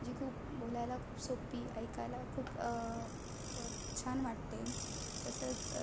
जी खूप बोलायला खूप सोपी ऐकायला खूप छान वाटते तसंच